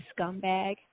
scumbag